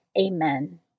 Amen